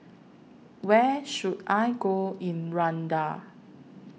Where should I Go in Rwanda